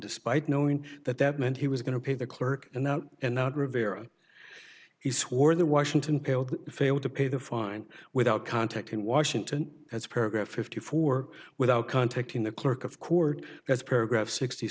despite knowing that that meant he was going to pay the clerk and out and out rivera he swore the washington failed to pay the fine without contact in washington as program fifty four without contacting the clerk of court as paragraph sixty